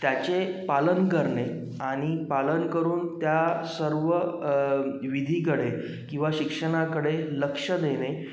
त्याचे पालन करणे आणि पालन करून त्या सर्व विधीकडे किंवा शिक्षणाकडे लक्ष देणे